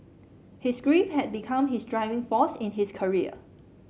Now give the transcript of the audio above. his grief had become his driving force in his career